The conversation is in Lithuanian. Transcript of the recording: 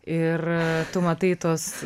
ir tu matai tuos